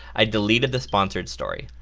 i deleted the sponsored story.